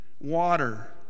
water